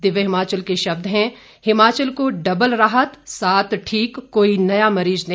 दिव्य हिमाचल के शब्द हैं हिमाचल को डबल राहत सात ठीक कोई नया मरीज नहीं